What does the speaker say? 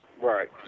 Right